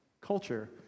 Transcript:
culture